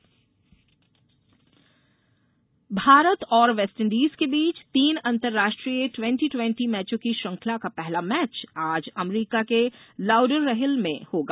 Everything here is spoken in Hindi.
किकेट भारत और वेस्टइंडीज़ के बीच तीन अंतर्राष्ट्रीय ट्वेंटी ट्वेंटी मैचों की श्रृंखला का पहला मैच आज अमरीका के लाउडरहिल में होगा